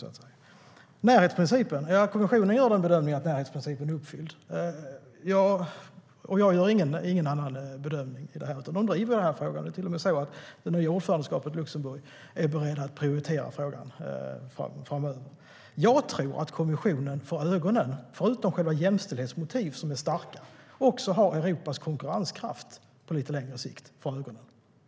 När det gäller närhetsprincipen gör kommissionen bedömningen att närhetsprincipen är uppfylld, och jag gör inte någon annan bedömning. De driver den här frågan. Det är till och med så att det nya ordförandeskapet, Luxemburg, är berett att prioritera frågan framöver. Jag tror att kommissionen har för ögonen, förutom jämställdhetsmotiven som är starka, Europas konkurrenskraft på lite längre sikt.